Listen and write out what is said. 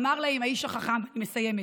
אמר להם האיש החכם, אני מסיימת: